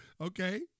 okay